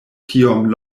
tiom